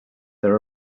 there